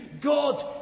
God